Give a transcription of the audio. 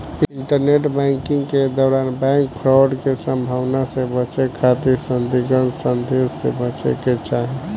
internet banking के दौरान bank fraud के संभावना से बचे खातिर संदिग्ध संदेश से बचे के चाही